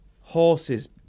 horses